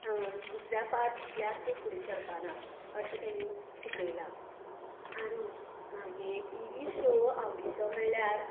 दुसऱ्या पाड चिंतल्यार तूं फुडें सरपाना अशे तेणीन शिकयला आनी मागे टिवी शो आवडीचो म्हळ्यार